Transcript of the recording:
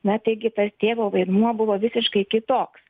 na taigi tas tėvo vaidmuo buvo visiškai kitoks